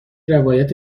روایت